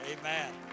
amen